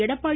Edappadi